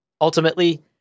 Ultimately